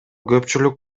көпчүлүк